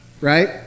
Right